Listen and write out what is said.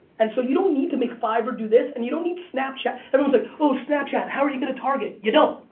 and so you don't need to make fiverr do this and you don't need snapchat. everyone's like, oh snapchat how are you going to target? you don't.